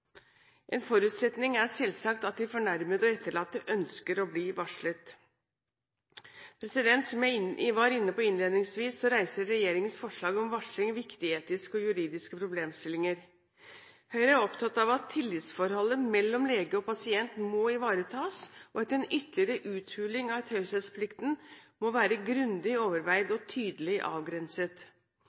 En forutsetning er selvsagt at de fornærmede og etterlatte ønsker å bli varslet. Som jeg var inne på innledningsvis, reiser regjeringens forslag om varsling viktige etiske og juridiske problemstillinger. Høyre er opptatt av at tillitsforholdet mellom lege og pasient må ivaretas, og at en ytterligere uthuling av taushetsplikten må være grundig overveid og tydelig avgrenset.